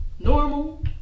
Normal